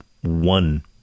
one